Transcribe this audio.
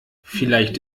vielleicht